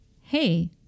Hey